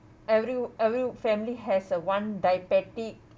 every every family has a one diabetic